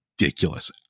ridiculous